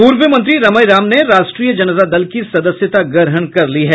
पूर्व मंत्री रमई राम ने राष्ट्रीय जनता दल की सदस्यता ग्रहण कर ली है